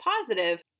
positive